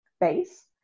base